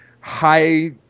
high